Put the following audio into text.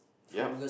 yup